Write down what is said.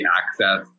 access